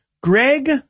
Greg